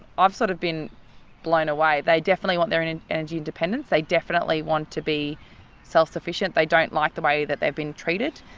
i've sort of been blown away. they definitely want their and and energy independence, they definitely want to be self-sufficient, they don't like the way that they've been treated,